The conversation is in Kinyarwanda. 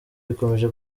bikomeje